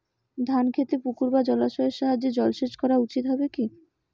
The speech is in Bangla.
ধান খেতে পুকুর বা জলাশয়ের সাহায্যে জলসেচ করা উচিৎ হবে কি?